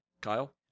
Kyle